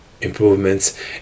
Improvements